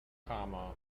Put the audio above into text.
comma